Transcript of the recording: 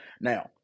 Now